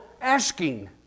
asking